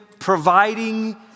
Providing